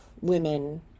women